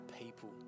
people